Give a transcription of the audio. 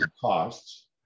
costs